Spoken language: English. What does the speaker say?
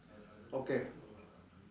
okay